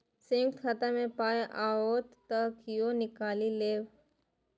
संयुक्त खाता मे पाय आओत त कियो निकालि लेब